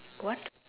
what